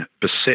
beset